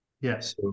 Yes